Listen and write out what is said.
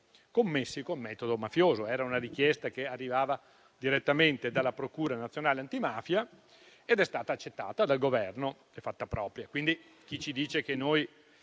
commessi con metodo mafioso. Era una richiesta che arrivava direttamente dalla Procura nazionale antimafia ed è stata accettata e fatta propria